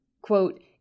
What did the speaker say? Quote